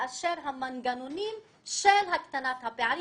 מאשר המנגנונים של הקטנת הפערים.